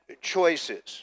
choices